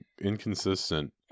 inconsistent